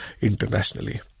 internationally